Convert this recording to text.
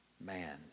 Man